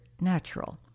natural